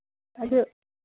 ꯑꯗꯨ